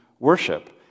worship